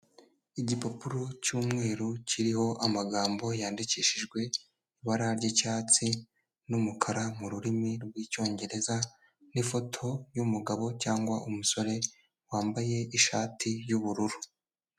Iigipapuro cy'umweru kiriho amagambo yandikishijwe ibara ry'icyatsi n'umukara, mu rurimi rw'icyongereza n'ifoto y'umugabo cyangwa umusore wambaye ishati y'ubururu.